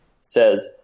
says